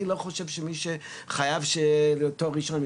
אני לא חושב שחייב שיהיה תואר ראשון,